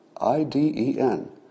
I-D-E-N